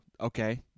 okay